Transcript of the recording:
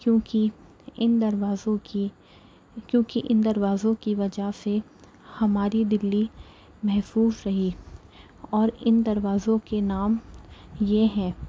کیونکہ ان دروازوں کی کیونکہ ان دروازوں کی وجہ سے ہماری دلی محفوظ رہی اور ان دروازوں کے نام یہ ہیں